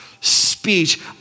speech